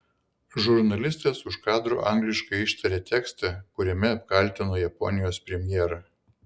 žurnalistas už kadro angliškai ištarė tekstą kuriame apkaltino japonijos premjerą